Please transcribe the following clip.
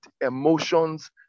emotions